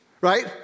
right